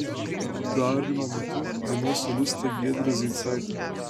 atidarymo metu dainuos solistė giedrė zeicaitė